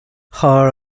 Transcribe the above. thar